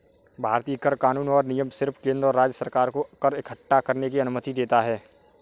भारतीय कर कानून और नियम सिर्फ केंद्र और राज्य सरकार को कर इक्कठा करने की अनुमति देता है